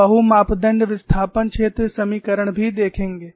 हम बहु मापदण्ड विस्थापन क्षेत्र समीकरण भी देखेंगे